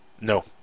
No